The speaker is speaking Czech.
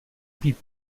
být